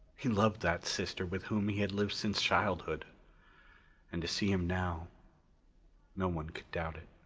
he loved that sister with whom he had lived since childhood and to see him now no one could doubt it.